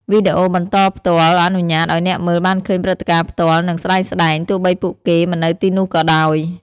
វីដេអូបន្តផ្ទាល់អនុញ្ញាតឱ្យអ្នកមើលបានឃើញព្រឹត្តិការណ៍ផ្ទាល់ និងស្ដែងៗ ទោះបីពួកគេមិននៅទីនោះក៏ដោយ។